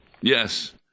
yes